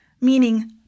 Meaning